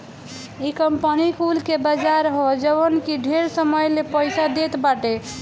इ कंपनी कुल के बाजार ह जवन की ढेर समय ले पईसा देत बाटे